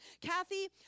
Kathy